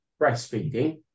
breastfeeding